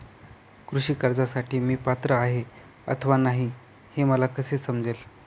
कृषी कर्जासाठी मी पात्र आहे अथवा नाही, हे मला कसे समजेल?